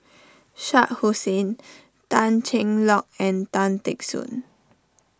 Shah Hussain Tan Cheng Lock and Tan Teck Soon